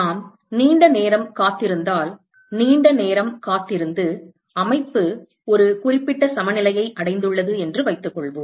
நாம் நீண்ட நேரம் காத்திருந்தால் நீண்ட நேரம் காத்திருந்து அமைப்பு ஒரு குறிப்பிட்ட சமநிலையை அடைந்துள்ளது என்று வைத்துக்கொள்வோம்